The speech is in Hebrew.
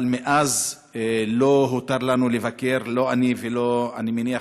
אבל מאז לא הותר לנו לבקר, לא אני ולא, אני מניח,